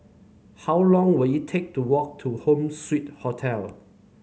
how long will it take to walk to Home Suite Hotel